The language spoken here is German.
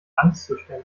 angstzuständen